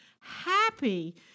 happy